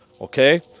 okay